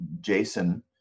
Jason